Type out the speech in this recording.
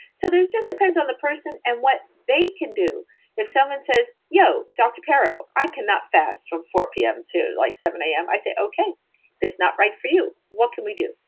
so, this just depends on the person and what they can do if someone says, yo. dr. carol, i can not fast from four pm to like seven am, i say, okay that's not right for you. what can we do?